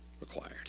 required